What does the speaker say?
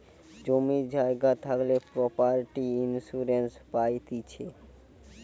জমি জায়গা থাকলে প্রপার্টি ইন্সুরেন্স পাইতিছে